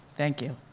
thank you.